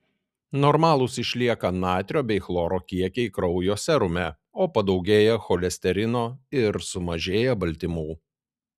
normalūs išlieka natrio bei chloro kiekiai kraujo serume o padaugėja cholesterino ir sumažėja baltymų